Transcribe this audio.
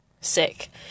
sick